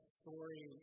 story